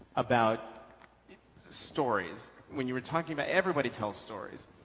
about stories when you were talking about everybody tells stories.